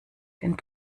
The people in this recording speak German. einer